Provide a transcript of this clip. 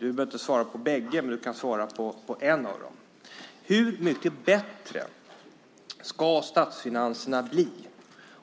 Du behöver inte svara på bägge. Du kan svara på en av dem. Hur mycket bättre ska statsfinanserna bli